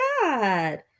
God